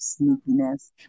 sneakiness